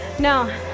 No